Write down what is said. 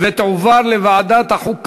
(זכותו של נפגע עבירת מין לבחירת מין החוקר),